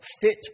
fit